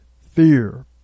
fear